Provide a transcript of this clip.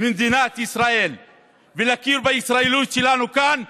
ממדינת ישראל ולהכיר בישראליות שלנו כאן,